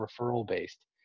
referral-based